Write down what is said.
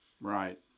Right